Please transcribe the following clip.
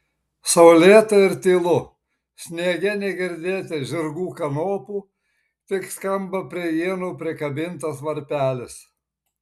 saulėta ir tylu sniege negirdėti žirgų kanopų tik skamba prie ienų prikabintas varpelis